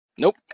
Nope